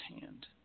hand